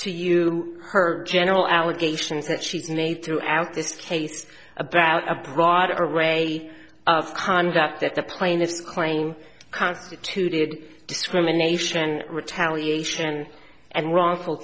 to you her general allegations that she's made throughout this case about a broad array of conduct that the plaintiffs claim constituted discrimination retaliation and wrongful